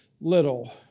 little